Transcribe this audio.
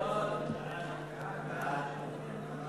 ההצעה להעביר את הצעת חוק משק החשמל (תיקון מס' 11),